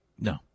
No